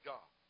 God